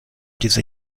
diese